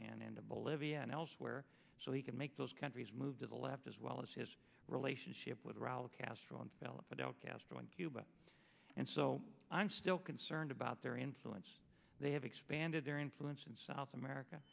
and into bolivia and elsewhere so he can make those countries move to the left as well as his relationship with raul castro and develop without castro in cuba and so i'm still concerned about their influence they have expanded their influence in south america